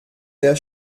der